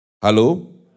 Hello